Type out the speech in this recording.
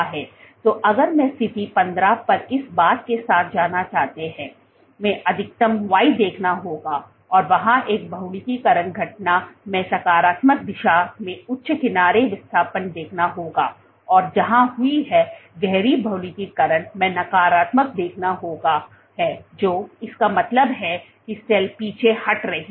तो अगर मैं स्थिति 15 पर इस बात के साथ जाना चाहते हैं मैं अधिकतम y देखना होगा और वहाँ एक बहुलकीकरण घटना मैं सकारात्मक दिशा में उच्च किनारे विस्थापन देखना होगा और जहां हुई है गहरी बहुलकीकरण मैं नकारात्मक देखना होगा है जो इसका मतलब है कि सेल पीछे हट रही है